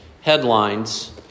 headlines